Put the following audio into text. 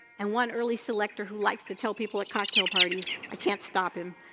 and one early selector who likes to tell people at cocktail parties, i can't stop him,